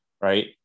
Right